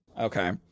Okay